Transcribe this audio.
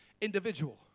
individual